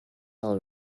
all